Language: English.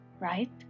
right